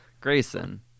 Grayson